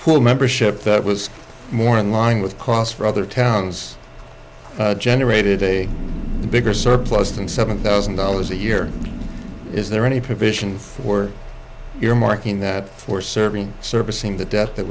full membership that was more in line with costs for other towns generated a bigger surplus than seven thousand dollars a year is there any provision for earmarking that for serving servicing the debt that